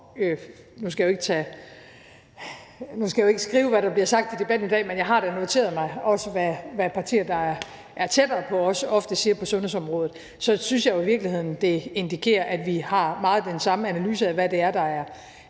nu skal jeg ikke skal skrive, hvad der bliver sagt i debatten i dag, men jeg har da noteret mig, hvad også partier, der er tættere på os, ofte siger på sundhedsområdet – så synes jeg, at det jo i virkeligheden indikerer, at vi meget har den samme analyse af, hvad der er, der er